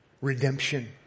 redemption